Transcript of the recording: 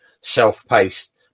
self-paced